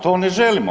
To ne želimo.